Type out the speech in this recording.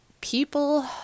people